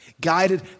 guided